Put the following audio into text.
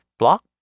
block